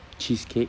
cheesecake